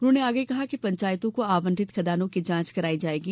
उन्होंने आगे कहा कि पंचायतों को आवंटित खदानों की जांच कराई जायेगी